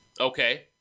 Okay